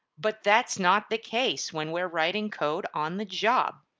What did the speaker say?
but that's not the case when we're writing code on the job.